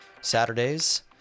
saturdays